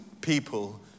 people